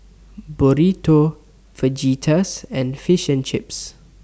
Burrito Fajitas and Fish and Chips